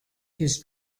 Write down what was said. his